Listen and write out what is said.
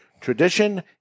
tradition